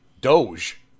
Doge